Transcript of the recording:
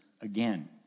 again